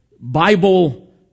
Bible